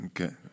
Okay